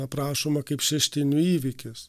aprašoma kaip šeštinių įvykis